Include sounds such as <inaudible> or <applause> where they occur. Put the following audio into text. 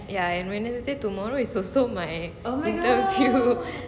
ya and wednesday tomorrow is also my interview <laughs>